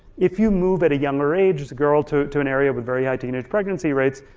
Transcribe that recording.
if you move at a younger age, as a girl, to to an area with very high teenage pregnancy rates,